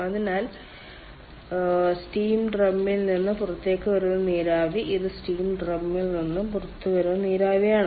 അതിനാൽ സ്റ്റീം ഡ്രമ്മിൽ നിന്ന് പുറത്തേക്ക് വരുന്ന നീരാവി ഇത് സ്റ്റീം ഡ്രമ്മിൽ നിന്ന് പുറത്തുവരുന്ന നീരാവിയാണ്